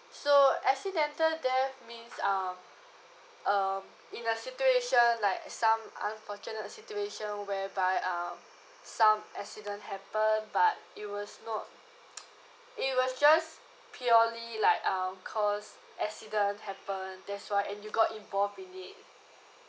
so accidental death means um um in the situation like some unfortunate situation whereby um some accident happen but it was not it was just purely like um cause accident happen that's why and you got involved in it